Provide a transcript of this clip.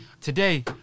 Today